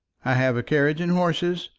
i have a carriage and horses,